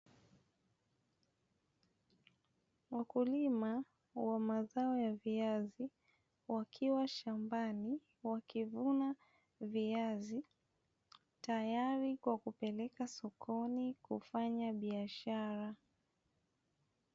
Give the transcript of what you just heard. Mkulima wa mazao ya viazi wakiwa shambani wakivuna viazi, tayari kwa kupeleka sokoni kufanya biahara.